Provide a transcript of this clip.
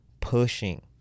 pushing